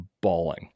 bawling